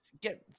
get